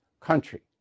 country